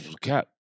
Cap